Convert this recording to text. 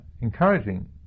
encouraging